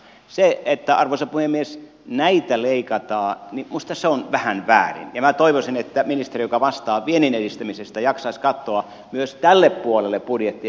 se arvoisa puhemies että näitä leikataan minusta on vähän väärin ja minä toivoisin että ministeri joka vastaa viennin edistämisestä jaksaisi katsoa myös tälle puolelle budjettia